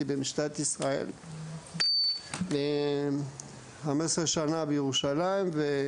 במשטרת ישראל 40 שנה 15 שנה בירושלים,